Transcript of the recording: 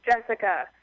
Jessica